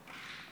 מאוד,